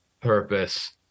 purpose